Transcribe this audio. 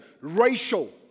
Racial